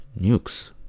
nukes